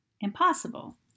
impossible